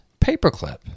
paperclip